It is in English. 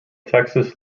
texas